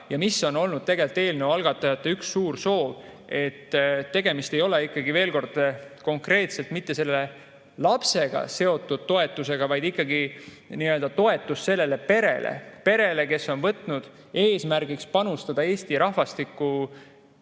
Ja mis on olnud tegelikult eelnõu algatajate üks suur soov: tegemist ei ole ikkagi, veel kord, konkreetselt mitte lapsega seotud toetusega, vaid ikkagi toetusega perele, perele, kes on võtnud eesmärgiks [aidata] Eesti rahvastiku